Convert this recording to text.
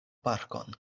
parkon